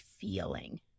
feeling